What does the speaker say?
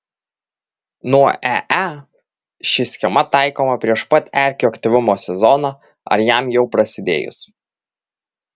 nuo ee ši schema taikoma prieš pat erkių aktyvumo sezoną ar jam jau prasidėjus